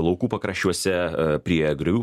laukų pakraščiuose prie griovių